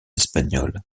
espagnol